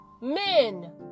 Men